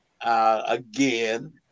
again